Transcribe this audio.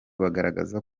bagaragaza